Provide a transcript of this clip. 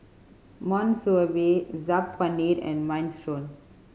Monsunabe Saag Paneer and Minestrone